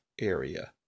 area